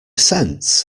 scents